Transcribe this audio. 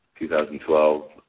2012